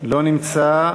לא נמצא.